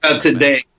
Today